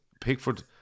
Pickford